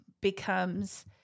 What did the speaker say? becomes